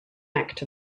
act